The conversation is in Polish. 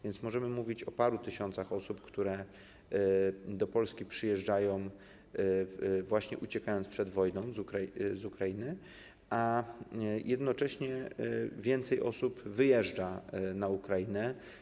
Więc możemy mówić o paru tysiącach osób, które do Polski przyjeżdżają, właśnie uciekając z Ukrainy przed wojną, a jednocześnie więcej osób wyjeżdża na Ukrainę.